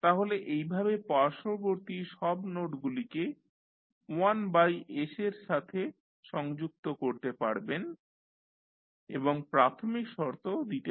তাহলে এইভাবে পার্শ্ববর্তী সব নোডগুলিকে 1 বাই s এর সাথে সংযুক্ত করতে পারবেন এবং প্রাথমিক শর্ত দিতে পারবেন